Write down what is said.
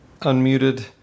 unmuted